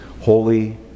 holy